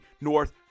North